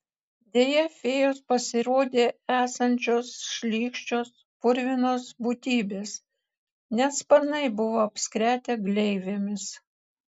deja fėjos pasirodė esančios šlykščios purvinos būtybės net sparnai buvo apskretę gleivėmis